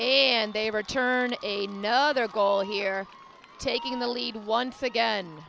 and they return a no other goal here taking the lead once again